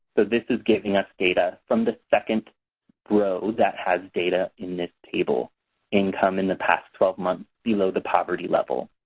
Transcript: this is getting us data from the second row that has data in this table income in the past twelve months below the poverty level.